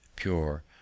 pure